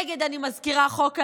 נגד, אני מזכירה, חוק הלאום.